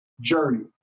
journey